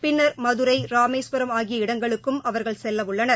பின்னர் மதுரை ரமேஸ்வரம் ஆகிய இடங்களுக்கும் அவர்கள் செல்லவுள்ளனர்